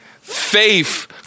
Faith